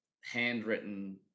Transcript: handwritten